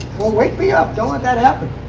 well, wake me up. don't let that happen.